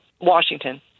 washington